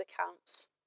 accounts